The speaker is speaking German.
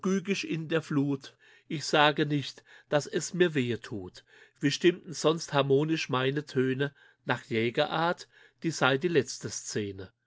in der flut ich sage nicht dass es mir wehe tut wie stimmten sonst harmonisch meine töne nach jäger art dies sei die letzte szene